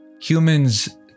humans